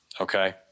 okay